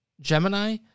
Gemini